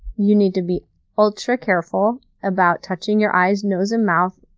you need to be ultra-careful about touching your eyes, nose and mouth,